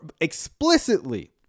explicitly